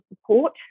support